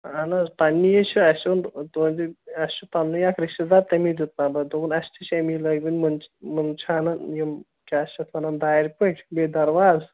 اَہن حظ پَنٕنی یے چھِ اَسہِ اوٚن تُہٕنٛدِ اَسہِ چھُ پَنٕنُے اَکھ رِشتہٕ دار تٔمی دیُتمُت نمبر دوٚپُن اَسہِ تہِ چھِ اَمی لٲگۍمٕتۍ مُنہٕ چھانَن یِم کیٛاہ چھِ اَتھ وَنان دارِ پٔٹۍ بیٚیہِ درواز